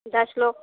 दस लोग